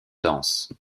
danse